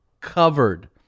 covered